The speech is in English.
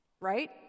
right